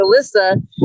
Alyssa